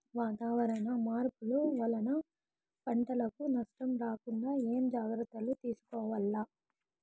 వాతావరణ మార్పులు వలన పంటలకు నష్టం రాకుండా ఏమేం జాగ్రత్తలు తీసుకోవల్ల?